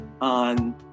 on